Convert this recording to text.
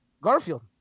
Garfield